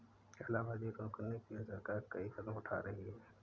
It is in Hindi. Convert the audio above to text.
काला बाजारी रोकने के लिए सरकार कई कदम उठा रही है